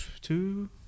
Two